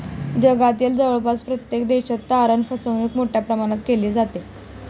जगातील जवळपास प्रत्येक देशात तारण फसवणूक मोठ्या प्रमाणात केली जाते